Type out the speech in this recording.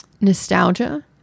nostalgia